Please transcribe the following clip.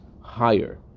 higher